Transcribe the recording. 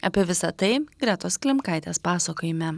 apie visa tai gretos klimkaitės pasakojime